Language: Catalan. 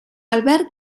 albert